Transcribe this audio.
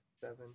seven